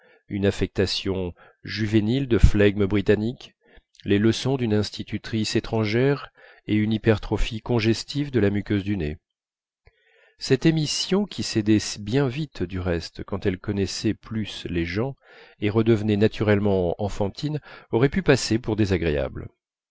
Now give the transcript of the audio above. une affectation juvénile de flegme britannique les leçons d'une institutrice étrangère et une hypertrophie congestive de la muqueuse du nez cette émission qui cédait bien vite du reste quand elle connaissait plus les gens et redevenait naturellement enfantine aurait pu passer pour désagréable